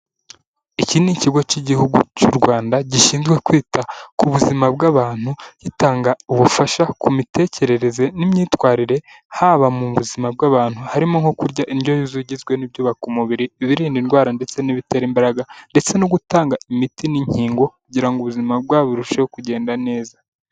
Iki ni ikigo cy'igihugu cy'u Rwanda gishinzwe kwita ku buzima bw'abantu gitanga ubufasha ku mitekerereze n'imyitwarire haba mu buzima bw'abantu harimo nko: kurya indyo yugizwe n'ibyubaka umubiri biririnda indwara, ndetse n'ibitera imbaraga ndetse no gutanga imiti n'inkingo kugira ubuzima bwabo burusheho kugenda neza.